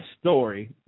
story